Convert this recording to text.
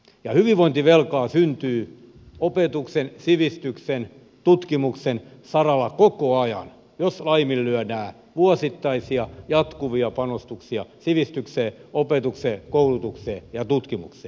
ja hyvinvointivelkaa syntyy opetuksen sivistyksen tutkimuksen saralla koko ajan jos laiminlyödään vuosittaisia jatkuvia panostuksia sivistykseen opetukseen koulutukseen ja tutkimukseen